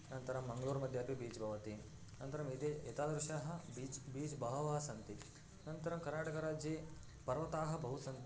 अनन्तरं मङ्ळूर् मध्ये अपि बीच् भवति अनन्तरम् एते एतादृशाः बीच् बीच् बहवः सन्ति अनन्तरं कर्नाटकराज्ये पर्वताः बहवः सन्ति